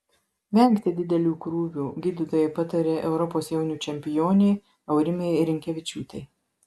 vengti didelių krūvių gydytojai patarė europos jaunių čempionei aurimei rinkevičiūtei